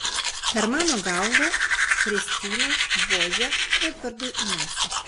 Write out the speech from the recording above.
per mano galvą kristina vožia edvardui į nosį